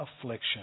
affliction